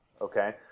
Okay